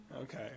Okay